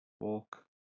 Walk